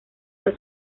fue